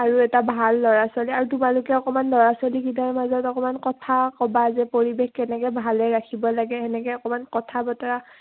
আৰু এটা ভাল ল'ৰা ছোৱালী আৰু তোমালোকে অকণমান ল'ৰা ছোৱালীকেইটাৰ মাজত অকণমান কথা ক'বা যে পৰিৱেশ কেনেকে ভালে ৰাখিব লাগে তেনেকৈ অকণমান কথা বতৰা